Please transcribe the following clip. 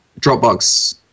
Dropbox